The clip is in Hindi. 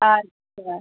अच्छा